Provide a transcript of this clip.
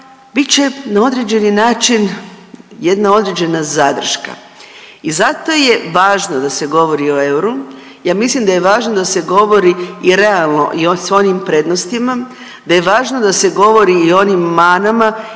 bit će na određeni način jedna određena zadrška. I zato je važno da se govori o euru. Ja mislim da je važno da se govori i realno i sa onim prednostima, da je važno da se govori i o onim manama,